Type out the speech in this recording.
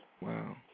Wow